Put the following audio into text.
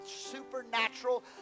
supernatural